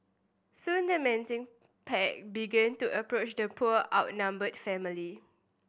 soon the menacing pack began to approach the poor outnumbered family